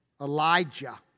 Elijah